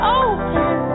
open